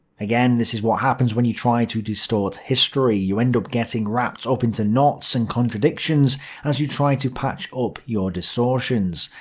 again, this is what happens when you try to distort history you end up getting wrapped up into knots and contradictions as you try to patch up your distortions.